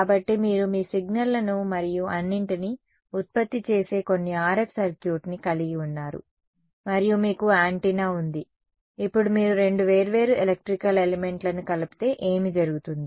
కాబట్టి మీరు మీ సిగ్నల్లను మరియు అన్నింటినీ ఉత్పత్తి చేసే కొన్ని RF సర్క్యూట్ని కలిగి ఉన్నారు మరియు మీకు యాంటెన్నా ఉంది ఇప్పుడు మీరు రెండు వేర్వేరు ఎలక్ట్రికల్ ఎలిమెంట్లను కలిపితే ఏమి జరుగుతుంది